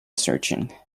searching